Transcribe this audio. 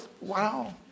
wow